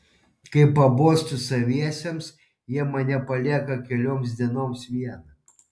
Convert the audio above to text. kai pabostu saviesiems jie mane palieka kelioms dienoms vieną